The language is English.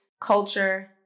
culture